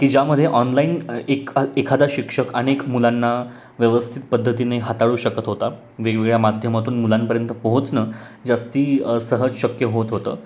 की ज्यामध्ये ऑनलाईन एक एखादा शिक्षक अनेक मुलांना व्यवस्थित पद्धतीने हाताळू शकत होता वेगवेगळ्या माध्यमातून मुलांपर्यंत पोहोचणं जास्त सहज शक्य होत होतं